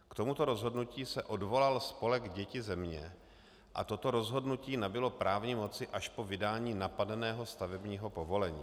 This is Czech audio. K tomuto rozhodnutí se odvolal spolek Děti země a toto rozhodnutí nabylo právní moci až po vydání napadeného stavebního povolení.